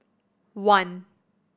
one